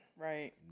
right